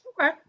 Okay